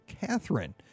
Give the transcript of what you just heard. Catherine